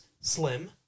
Slim